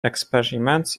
experiments